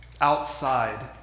outside